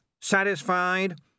Satisfied